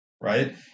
Right